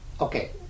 Okay